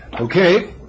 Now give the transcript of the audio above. Okay